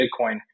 Bitcoin